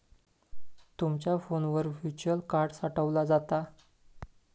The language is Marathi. तुमचा फोनवर व्हर्च्युअल कार्ड साठवला जाता